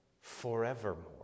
forevermore